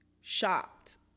shocked